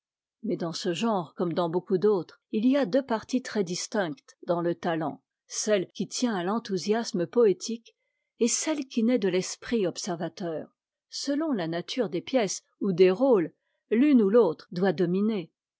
mais dans ce genre comme dans beaucoup d'autres il y a deux parties très distinctes dans le talent celle qui tient à l'enthousiasme poétique et celle qui naît de l'esprit observateur selon la nature des pièces ou des rôles t'une ou l'autre doit dominer